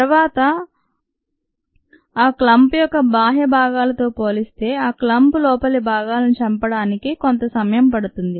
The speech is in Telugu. తరువాత ఆ క్లమ్ప్ యొక్క బాహ్య భాగాలతో పోలిస్తే ఆ క్లమ్ప్ లోపలి భాగాలను చంపడానికి కొంత సమయం పడుతుంది